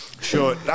Sure